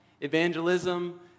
evangelism